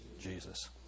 Jesus